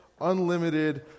unlimited